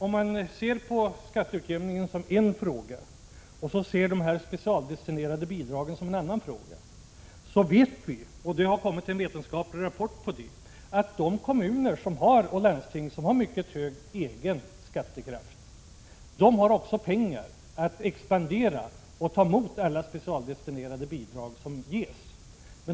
Om man ser på skatteutjämningen som en fråga och ser på de specialdestinerade bidragen som en annan fråga, finner man — det har kommit en vetenskaplig rapport om detta — att de kommuner och landsting som har mycket hög egen skattekraft också har pengar att expandera för och kan ta emot alla specialdestinerade bidrag som ges.